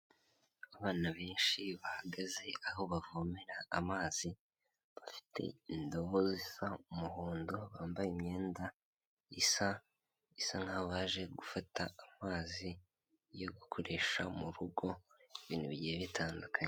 Abana benshi bahagaze aho bavomera amazi bafite indobo zisa umuhondo bambaye imyenda isa nk'aho baje gufata amazi yo gukoresha mu rugo ibintu bigiye bitandukanye.